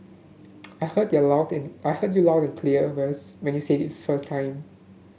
I heard you are loud in I heard you are loud and clear when you when you said it first time